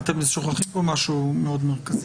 אייל, אתם שוכחים פה משהו מאוד מרכזי.